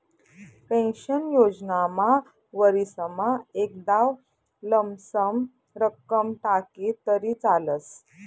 pension योजनामा वरीसमा एकदाव लमसम रक्कम टाकी तरी चालस